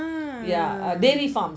ah